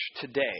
today